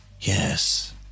yes